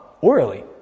orally